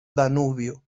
danubio